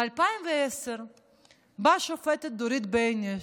ב-2010 באה השופטת דורית בייניש,